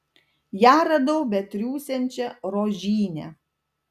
ją radau betriūsiančią rožyne